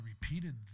repeated